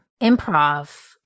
Improv